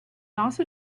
also